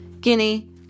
Guinea